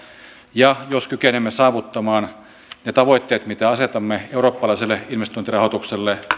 ja jos kykenemme saavuttamaan ne tavoitteet mitä asetamme eurooppalaiselle investointirahoitukselle